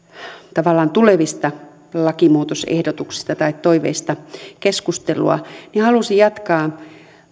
tavallaan näistä tulevista lakimuutosehdotuksista tai toiveista keskustelua halusin jatkaa